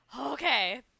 Okay